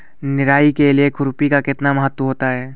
निराई के लिए खुरपी का कितना महत्व होता है?